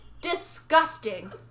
Disgusting